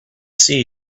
see